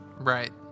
Right